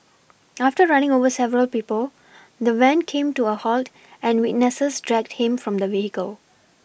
after running over several people the van came to a halt and witnesses dragged him from the vehicle